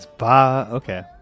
Okay